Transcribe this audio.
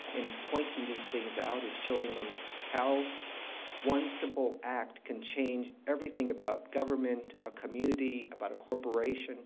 and pointing these things out and showing them how one simple act can change everything about government, a community, about a corporation